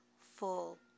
full